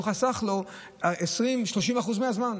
אבל הוא חסך 30% מהזמן.